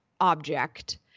object